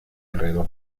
alrededor